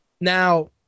Now